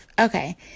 Okay